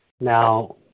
Now